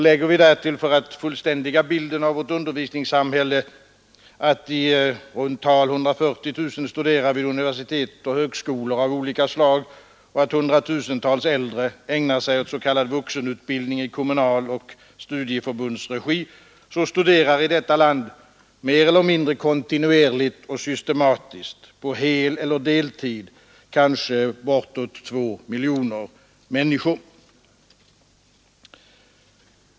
Lägger vi därtill — för att fullständiga bilden av vårt undervisningssamhälle — att i runt tal 140 000 studerar vid universitet och högskolor av olika slag och att hundratusentals äldre ägnar sig åt s.k. vuxenutbildning i kommunernas och studieförbundens regi, finner vi att det i vårt land finns kanske bortåt 2 miljoner människor som studerar mer eller mindre kontinuerligt och systematiskt på heleller deltid.